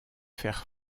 faire